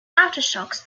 aftershocks